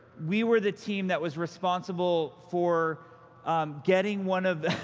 we were the team that was responsible for getting one of